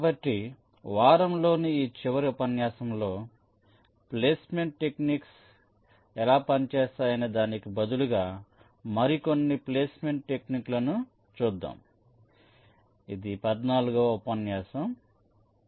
కాబట్టి వారంలోని ఈ చివరి ఉపన్యాసంలో ప్లేస్మెంట్ టెక్నిక్స్ ఎలా పనిచేస్తాయనే దానికి బదులుగా మరికొన్ని ప్లేస్మెంట్ టెక్నిక్లను చూద్దాం ఇది ఉపన్యాసం 14